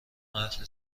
اهل